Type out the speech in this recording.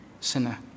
sinner